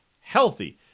healthy